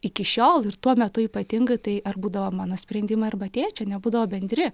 iki šiol ir tuo metu ypatingai tai ar būdavo mano sprendimai arba tėčio nebūdavo bendri